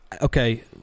Okay